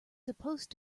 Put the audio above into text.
supposed